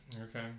Okay